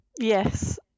Yes